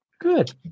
good